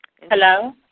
Hello